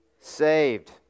saved